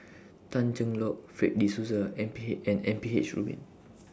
Tan Cheng Lock Fred De Souza M P H and M P H Rubin